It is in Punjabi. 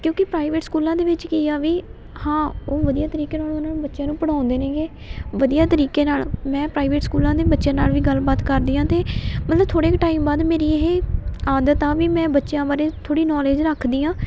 ਕਿਉਂਕਿ ਪ੍ਰਾਈਵੇਟ ਸਕੂਲਾਂ ਦੇ ਵਿੱਚ ਕੀ ਆ ਵੀ ਹਾਂ ਉਹ ਵਧੀਆ ਤਰੀਕੇ ਨਾਲ ਉਹਨਾਂ ਨੂੰ ਬੱਚਿਆਂ ਨੂੰ ਪੜ੍ਹਾਉਂਦੇ ਨੇਗੇ ਵਧੀਆ ਤਰੀਕੇ ਨਾਲ ਮੈਂ ਪ੍ਰਾਈਵੇਟ ਸਕੂਲਾਂ ਦੇ ਬੱਚਿਆਂ ਨਾਲ ਵੀ ਗੱਲਬਾਤ ਕਰਦੀ ਹਾਂ ਅਤੇ ਮਤਲਬ ਥੋੜ੍ਹੇ ਕੁ ਟਾਈਮ ਬਾਅਦ ਮੇਰੀ ਇਹ ਆਦਤ ਆ ਵੀ ਮੈਂ ਬੱਚਿਆਂ ਬਾਰੇ ਥੋੜ੍ਹੀ ਨੋਲੇਜ ਰੱਖਦੀ ਹਾਂ